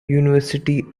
university